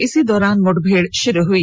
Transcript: इसी दौरान मुठभेड़ शुरू हो गई